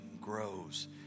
grows